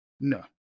no